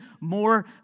more